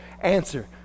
answer